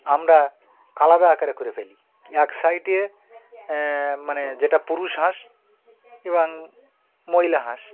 আমরা আলাদা আকারে করে ফেলি এক সাইডে মানে যেটা পুরুষ হাঁস এবং মহিলা হাঁস